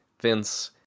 Vince